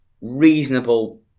reasonable